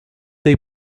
they